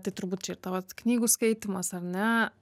tai turbūt čia ir tavo knygų skaitymas ar ne